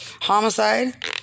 homicide